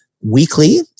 weekly